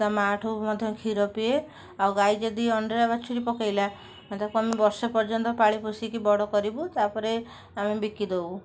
ତା ମା'ଠୁ ମଧ୍ୟ କ୍ଷୀର ପିଏ ଆଉ ଗାଈ ଯଦି ଅଣ୍ଡିରା ବାଛୁରୀ ପକାଇଲା ତାକୁ ଆମେ ବର୍ଷେ ପର୍ଯ୍ୟନ୍ତ ପାଳି ପୋଷିକି ବଡ଼ କରିବୁ ତା'ପରେ ଆମେ ବିକିଦେବୁ